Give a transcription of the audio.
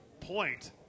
point